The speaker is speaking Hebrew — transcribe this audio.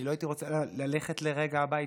אני לא הייתי רוצה ללכת לרגע הביתה,